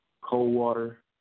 Coldwater